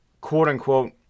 quote-unquote